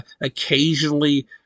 occasionally